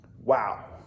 Wow